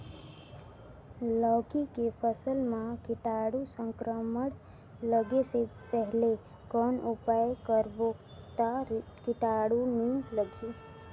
लौकी के फसल मां कीटाणु संक्रमण लगे से पहले कौन उपाय करबो ता कीटाणु नी लगही?